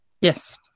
Yes